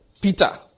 Peter